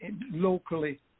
locally